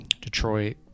Detroit